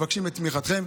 אנחנו מבקשים את תמיכתכם.